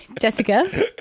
Jessica